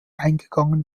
eingegangen